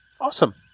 Awesome